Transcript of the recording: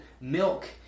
milk